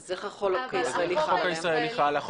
אבל החוק הישראלי --- אז איך החוק הישראלי חל עליהם?